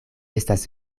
estas